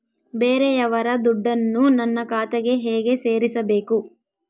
ಬೇರೆಯವರ ದುಡ್ಡನ್ನು ನನ್ನ ಖಾತೆಗೆ ಹೇಗೆ ಸೇರಿಸಬೇಕು?